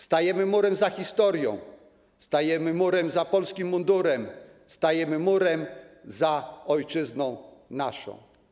Stajemy murem za historią, stajemy murem za polskim mundurem, stajemy murem za ojczyzną naszą.